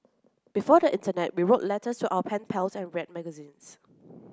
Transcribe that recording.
before the internet we wrote letters to our pen pals and read magazines